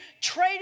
trade